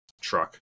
truck